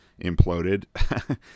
imploded